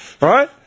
Right